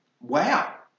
Wow